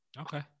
Okay